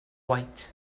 white